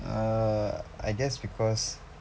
err I guess because